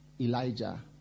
Elijah